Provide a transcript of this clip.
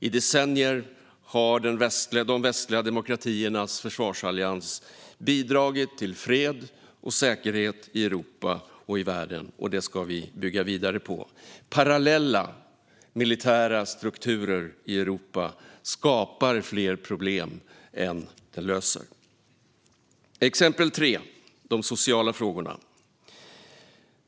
I decennier har de västliga demokratiernas försvarsallians bidragit till fred och säkerhet i Europa och världen, och det ska vi bygga vidare på. Parallella militära strukturer i Europa skapar fler problem än de löser. Det tredje exemplet är de sociala frågorna.